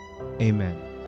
amen